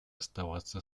оставаться